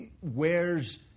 wears